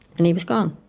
and he was gone.